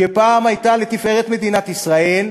שפעם הייתה לתפארת מדינת ישראל,